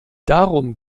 darum